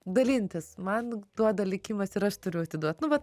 dalintis man duoda likimas ir aš turiu atiduot nu vat